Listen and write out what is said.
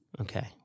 Okay